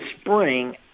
spring